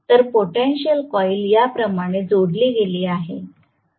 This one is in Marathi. तर पोटेन्शिअल कॉईल याप्रमाणे जोडली गेली आहे